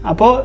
Apo